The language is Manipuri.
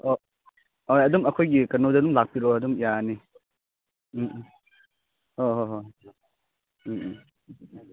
ꯍꯣꯏ ꯑꯗꯨꯝ ꯑꯩꯈꯣꯏꯒꯤ ꯀꯩꯅꯣꯗ ꯑꯗꯨꯝ ꯂꯥꯛꯄꯤꯔꯣ ꯑꯗꯨꯝ ꯌꯥꯔꯅꯤ ꯎꯝ ꯎꯝ ꯍꯣꯏ ꯍꯣꯏ ꯍꯣꯏ ꯎꯝ ꯎꯝ